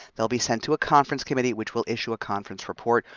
they'll be sent to a conference committee, which will issue a conference report,